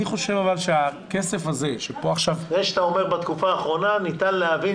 זה שאתה אומר בתקופה האחרונה ניתן להבין